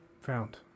found